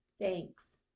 Thanks